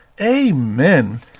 Amen